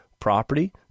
property